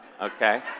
okay